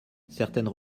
certaines